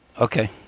Okay